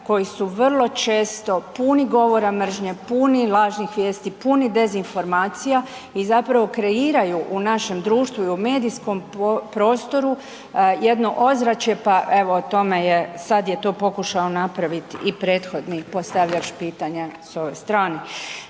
koji su vrlo često puni govora mržnje, puni lažnih vijesti, puni dezinformacija i zapravo kreiraju u našem društvu i u medijskom prostoru jedno ozračje, pa evo o tome je, sad je to pokušao napraviti i prethodni postavljač pitanja s ove strane.